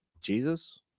Jesus